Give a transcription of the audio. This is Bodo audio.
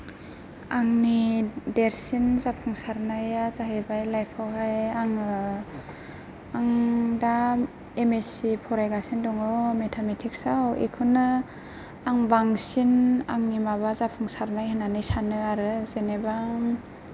आंनि देरसिन जाफुंसारनाया जाहैबाय लाइपआवहाय आङो आं दा एम एस सी फरायगासिनो दङ मेटामेटिक्सयाव इखौनो आं बांसिन आंनि माबा जाफुंसारनाय होन्नानै सानो आरो जेनैबा